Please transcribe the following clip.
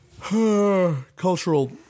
cultural